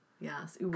Yes